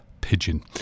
pigeon